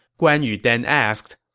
guan yu then asked,